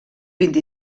vint